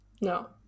No